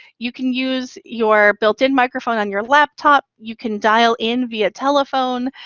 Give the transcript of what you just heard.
you can use your built in microphone on your laptop, you can dial in via telephone,